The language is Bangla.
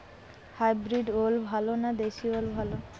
হাইব্রিড ওল ভালো না দেশী ওল ভাল?